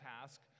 task